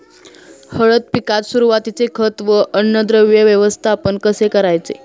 हळद पिकात सुरुवातीचे खत व अन्नद्रव्य व्यवस्थापन कसे करायचे?